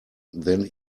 then